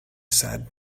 sat